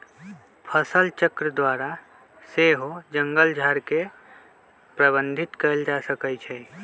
फसलचक्र द्वारा सेहो जङगल झार के प्रबंधित कएल जा सकै छइ